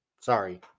Sorry